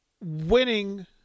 Winning